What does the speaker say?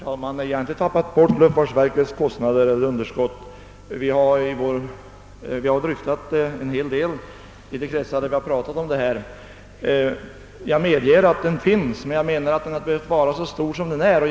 Herr talman! Jag har inte tappat bort luftfartsverkets underskott — vi har dryftat det en hel del i de kretsar där vi talat om detta ämne. Jag medger att underskottet finns, men jag menar att det inte hade behövt vara så stort som det är.